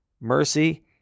mercy